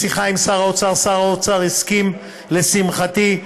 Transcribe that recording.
בשיחה עם שר האוצר, שר האוצר הסכים, לשמחתי,